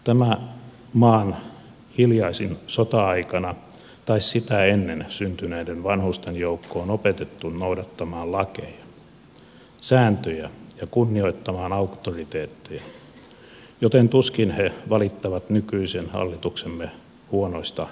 tämä maan hiljaisin sota aikana tai sitä ennen syntyneiden vanhusten joukko on opetettu noudattamaan lakeja sääntöjä ja kunnioittamaan auktoriteetteja joten tuskin he valittavat nykyisen hallituksemme huonoista päätöksistä